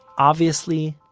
obviously,